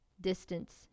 distance